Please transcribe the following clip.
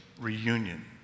reunion